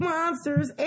Monsters